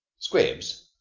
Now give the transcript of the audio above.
squibs,